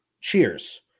cheers